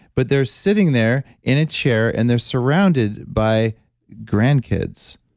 but they're sitting there in a chair and they're surrounded by grandkids,